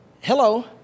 Hello